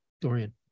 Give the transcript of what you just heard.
Dorian